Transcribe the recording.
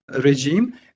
regime